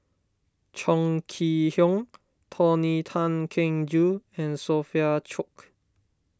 Chong Kee Hiong Tony Tan Keng Joo and Sophia Cooke